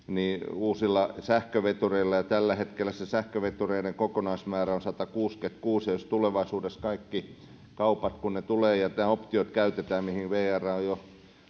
uusilla sähkövetureilla tällä hetkellä sähkövetureiden kokonaismäärä on satakuusikymmentäkuusi ja kun tulevaisuudessa kaikki kaupat tulevat ja nämä optiot käytetään mihin vr on jo